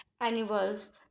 animals